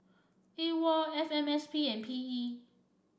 A WOL F M S P and P E